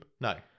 No